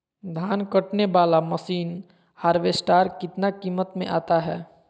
धान कटने बाला मसीन हार्बेस्टार कितना किमत में आता है?